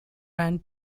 ran